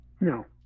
No